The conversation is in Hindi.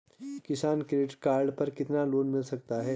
किसान क्रेडिट कार्ड पर कितना लोंन मिल सकता है?